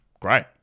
Great